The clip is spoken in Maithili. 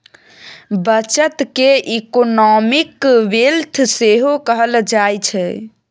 बचत केँ इकोनॉमिक वेल्थ सेहो कहल जाइ छै